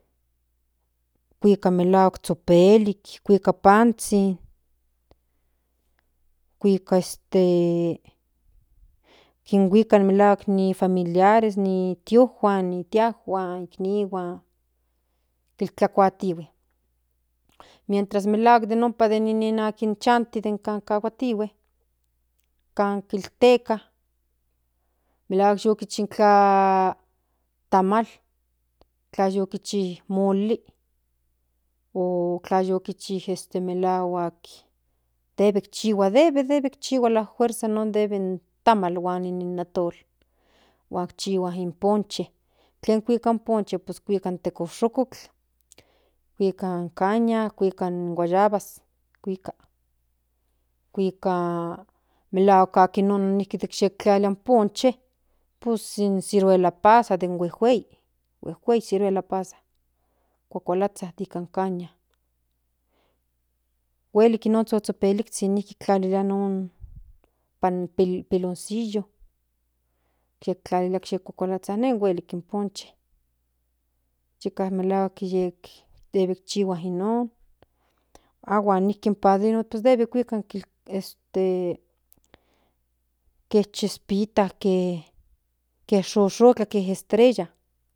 Kuiak melahuak zhopelik kuika panzhin kuika este kinhuika melahuak ni familiares ni tiojuan tiajuan ni iknihuan tikuatitihue mientra melahuak den oma chanti titinkajkuahuitihue kan zhilteka melahuak yi kichi intla tsmsl tla yu kichi moli o tla yu kichi melahuak debe chihua debe ikchihua al fuerza debe in tamal huan ni atol huan chihua ni ponche tlen kuika in ponche pues kuika in tekoshukotl kuika in caña kuika in guayabas kuika kuika melahuak se akin non tektlalilia in ponche pues in ciruela pazas den huekuei huejuei ciruela pazas kuakalazah a nika caña huelik noon zhopepelijzhin tlalilia non piloncillo yektlalilia kuakalazha nene huei nen huelik in ponche yeka melahuak yek debe chihua non aguan nipan debe pues debe kuika de kes chispita ke shoshotla ken estrella.